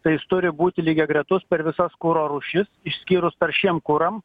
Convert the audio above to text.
tai jis turi būti lygiagretus per visas kuro rūšis išskyrus taršiem kuram